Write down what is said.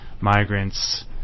migrants